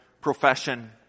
profession